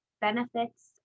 benefits